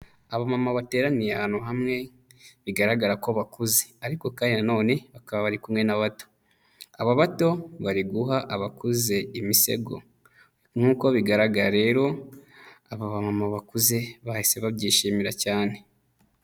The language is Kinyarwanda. Aba mama bateraniye ahantu hamwe, bigaragara ko bakuze ariko kandi nanone bakaba bari kumwe n'abato, aba bato bari guha abakuze imisego nk'uko bigaragara rero, aba ba mama bakuze bahise babyishimira cyane.